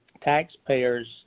taxpayers